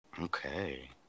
Okay